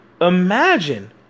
Imagine